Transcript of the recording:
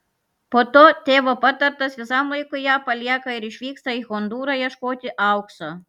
po to tėvo patartas visam laikui ją palieka ir išvyksta į hondūrą ieškoti aukso